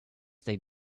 they